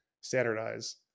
standardize